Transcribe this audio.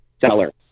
Seller